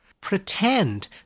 Pretend